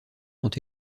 sont